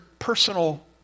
personal